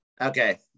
Okay